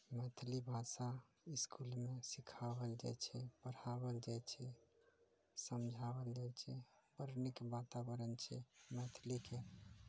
मैथिली भाषा स्कूलमे सीखाबल जाइ छै पढ़ाबल जाइ छै समझाबल जाइ छै बड़ नीक वातावरण छै मैथिलीके